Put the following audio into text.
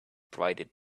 provided